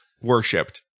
Worshipped